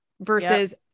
versus